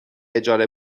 اجاره